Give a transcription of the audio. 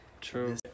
True